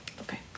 Okay